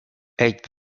eight